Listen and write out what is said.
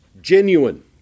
genuine